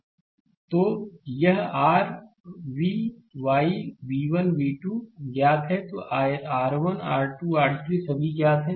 slide समय देखें 0643 तो यह r v y v 1 v 2 ज्ञात है यदि R 1 R 2 R3 सभी ज्ञात हैं